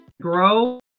Grow